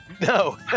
No